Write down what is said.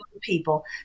people